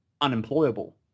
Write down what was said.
unemployable